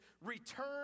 return